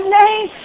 name